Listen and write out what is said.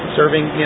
serving